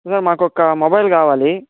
yeah మాకొక mobile కావాలి